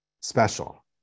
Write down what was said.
special